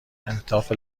انعطاف